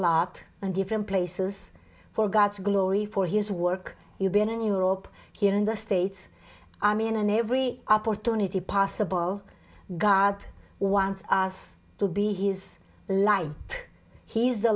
lot and different places for god's glory for his work you've been in europe here in the states i mean and every opportunity possible god wants us to be his life he's the